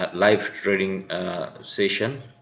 ah live trading session.